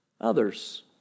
others